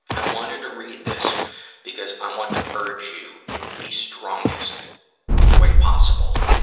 i wanted to read this because i want to urge you, in the strongest way possible,